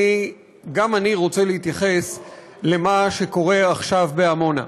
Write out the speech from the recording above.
גם אני רוצה להתייחס למה שקורה עכשיו בעמונה.